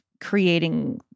creating